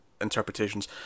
interpretations